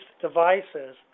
devices